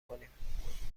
کنیم